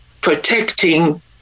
protecting